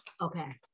Okay